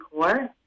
Core